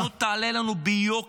הפגיעה בציונות תעלה לנו ביוקר,